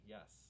Yes